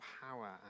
power